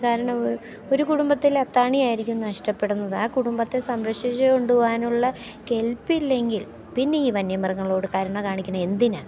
കാരണം ഒരു കുടുംബത്തിൽ അത്താണിയായിരിക്കും നഷ്ടപ്പെടുന്നത് ആ കുടുംബത്തെ സംരക്ഷിച്ചു കൊണ്ടുപോകാനുള്ള കെൽപ്പില്ലെങ്കിൽ പിന്നെ ഈ വന്യമൃഗങ്ങളോട് കരുണ കാണിക്കുന്നത് എന്തിനാണ്